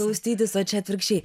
glaustytis o čia atvirkščiai